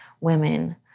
women